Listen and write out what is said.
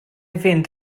fynd